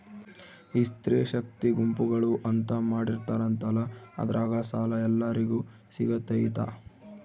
ಈ ಸ್ತ್ರೇ ಶಕ್ತಿ ಗುಂಪುಗಳು ಅಂತ ಮಾಡಿರ್ತಾರಂತಲ ಅದ್ರಾಗ ಸಾಲ ಎಲ್ಲರಿಗೂ ಸಿಗತೈತಾ?